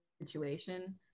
situation